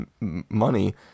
money